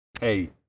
hey